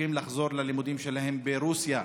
שצריכים לחזור ללימודים שלהם ברוסיה,